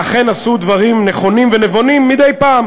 ואכן עשו דברים נכונים ונבונים מדי פעם,